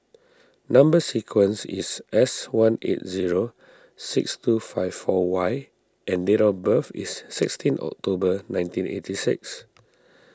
Number Sequence is S one eight zero six two five four Y and date of birth is sixteen October nineteen eight six